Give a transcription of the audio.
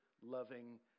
loving